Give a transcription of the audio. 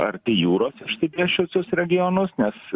arti jūros išsidėsčiusius regionus nes